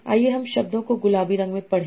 आइए हम शब्दों को गुलाबी रंग में पढ़ें